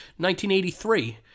1983